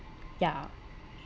yeah